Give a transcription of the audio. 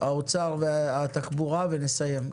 האוצר והתחבורה, ונסיים.